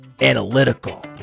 analytical